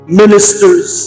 ministers